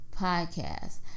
podcast